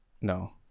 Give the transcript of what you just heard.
No